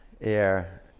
air